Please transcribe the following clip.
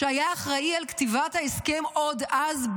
שהיה אחראי על כתיבת ההסכם עוד אז,